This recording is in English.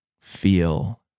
feel